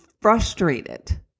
frustrated